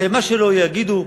הרי מה שלא יגידו,